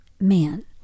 Man